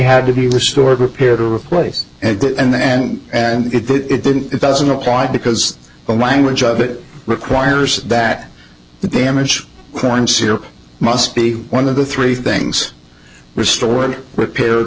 had to be restored repaired or replaced and good and it didn't it doesn't apply because the language of it requires that the damage corn syrup must be one of the three things restored repaired